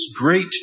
great